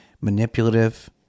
manipulative